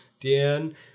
Dan